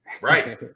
Right